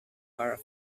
are